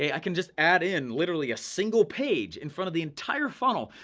i can just add in, literally, a single page in front of the entire funnel,